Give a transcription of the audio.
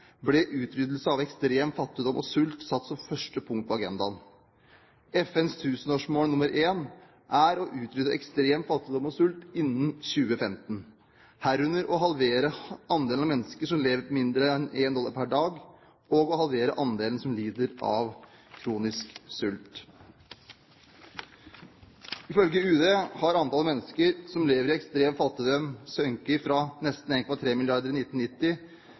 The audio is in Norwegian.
ble utryddelse av ekstrem fattigdom og sult satt som første punkt på agendaen. FNs tusenårsmål nummer én er å utrydde ekstrem fattigdom og sult innen 2015, herunder å halvere andelen mennesker som lever på mindre en én dollar per dag, og å halvere andelen som lider av kronisk sult. Ifølge UD har antallet mennesker som lever i ekstrem fattigdom, sunket fra nesten 1,3 milliarder i 1990